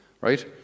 right